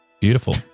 Beautiful